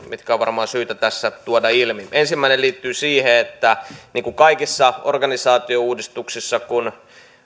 mitkä on varmaan syytä tässä tuoda ilmi ensimmäinen liittyy siihen että niin kuin kaikissa organisaatiouudistuksissa kun